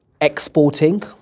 exporting